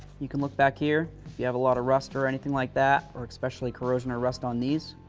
you can look back here, if you have a lot of rust or anything like that or especially corrosion or rust on these.